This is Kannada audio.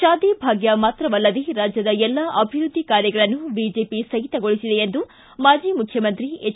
ಶಾದಿ ಭಾಗ್ಯ ಮಾತ್ರವಲ್ಲದೇ ರಾಜ್ಯದ ಎಲ್ಲಾ ಅಭಿವೃದ್ದಿ ಕಾರ್ಯಗಳನ್ನು ಬಿಜೆಪಿ ಸ್ವಗಿತಗೊಳಿಸಿದೆ ಎಂದು ಮಾಜಿ ಮುಖ್ಯಮಂತ್ರಿ ಎಚ್